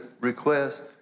request